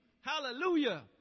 hallelujah